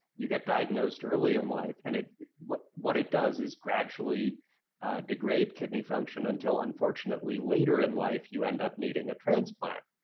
you get diagnosed early in life, and what what it does is gradually degrade kidney function until, unfortunately, later in life you end up needing a transplant.